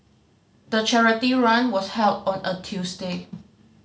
the charity run was held on a Tuesday